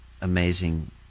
amazing